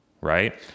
right